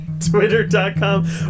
twitter.com